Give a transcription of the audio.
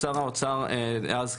שר האוצר דאז,